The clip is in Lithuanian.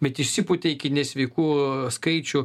bet išsipūtė iki nesveikų skaičių